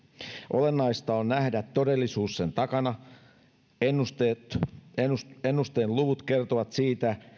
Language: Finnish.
olennaista on nähdä todellisuus sen takana ennusteen luvut kertovat siitä